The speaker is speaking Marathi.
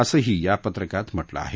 असंही या पत्रकात म्हटलं आहे